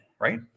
right